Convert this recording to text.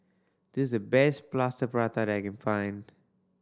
this the best Plaster Prata that I can find